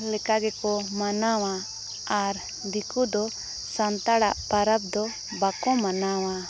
ᱞᱮᱠᱟ ᱜᱮᱠᱚ ᱢᱟᱱᱟᱣᱟ ᱟᱨ ᱫᱤᱠᱩ ᱫᱚ ᱥᱟᱱᱛᱟᱲᱟᱜ ᱯᱟᱨᱟᱵ ᱫᱚ ᱵᱟᱠᱚ ᱢᱟᱱᱟᱣᱟ